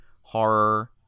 horror